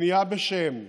בפנייה בשם,